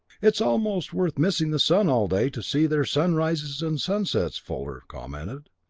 it's almost worth missing the sun all day to see their sunrises and sunsets, fuller commented.